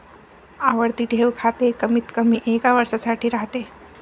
आवर्ती ठेव खाते कमीतकमी एका वर्षासाठी राहते